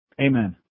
Amen